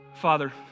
Father